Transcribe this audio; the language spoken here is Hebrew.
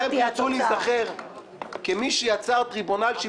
מי שהציע זה ראש הממשלה המושחת.